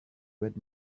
read